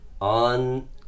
on